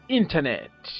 internet